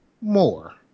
more